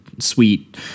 Sweet